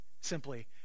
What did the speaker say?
simply